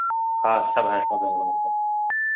हाँ सब हैं सब हैं हम लोगों के पास